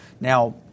Now